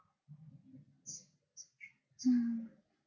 hmm